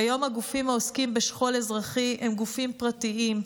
כיום הגופים העוסקים בשכול אזרחי הם גופים פרטיים.